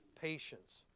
patience